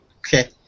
Okay